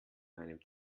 meinem